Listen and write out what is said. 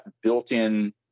built-in